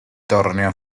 torneo